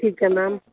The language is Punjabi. ਠੀਕ ਹੈ ਮੈਮ